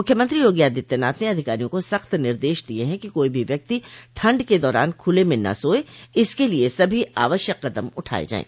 मुख्यमंत्री योगी आदित्यनाथ ने अधिकारियों को सख्त निर्देश दिये हैं कि कोई भी व्यक्ति ठंड के दौरान खुले में न सोये इसके लिये सभी आवश्यक कदम उठाये जाये